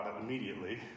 immediately